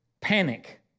panic